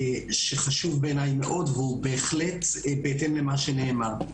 שבעיניי חשוב מאוד והוא בהחלט בהתאם למה שנאמר.